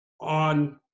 on